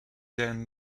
then